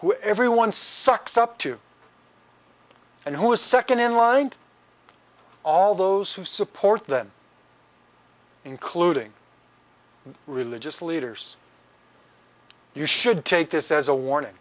who everyone sucks up to and who is second in line to all those who support them including religious leaders you should take this as a warning